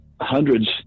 hundreds